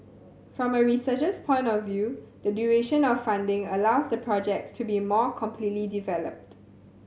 from a researcher's point of view the duration of funding allows the projects to be more completely developed